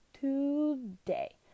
today